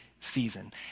season